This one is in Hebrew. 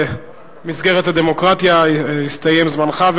במסגרת הדמוקרטיה הסתיים זמנך,